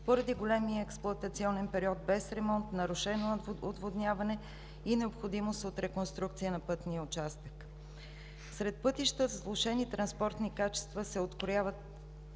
поради големия експлоатационен период без ремонт, нарушено отводняване и необходимост от реконструкция на пътния участък. Сред пътища с влошени транспортни качества се открояват: